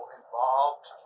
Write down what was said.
involved